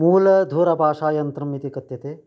मूलदूरभाषायन्त्रम् इति कथ्यते